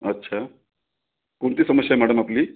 अच्छा कोणती समस्या आहे मॅडम आपली